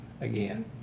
again